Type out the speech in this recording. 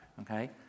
okay